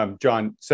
John